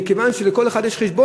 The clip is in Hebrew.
כי לכל אחד יש חשבון.